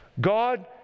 God